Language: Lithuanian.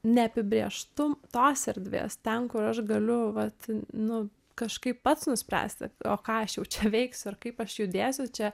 neapibrėžtų tos erdvės ten kur aš galiu vat nu kažkaip pats nuspręsti o ką aš jau čia veiksiu ir kaip aš judėsiu čia